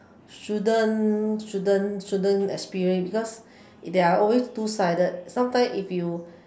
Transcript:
shouldn't shouldn't shouldn't experience because there are always two sided sometimes if you